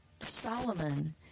solomon